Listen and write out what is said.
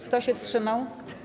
Kto się wstrzymał?